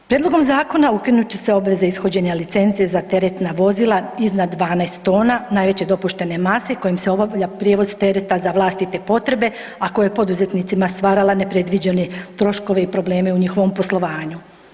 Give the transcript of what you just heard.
Prijedlogom zakona ukinut će se obveze ishođenja licenci za teretna vozila iznad 12 tona najveće dopuštene mase kojim se obavlja prijevoz tereta za vlastite potrebe, a koje je poduzetnicima stvarala nepredviđene troškove i probleme u njihovom poslovanju.